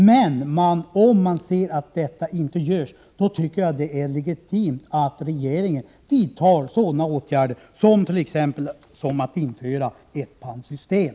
Men om man ser att detta inte görs tycker jag att det är legitimt att regeringen vidtar sådana åtgärder som att t.ex. införa ett pantsystem.